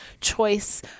choice